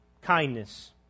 kindness